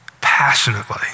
passionately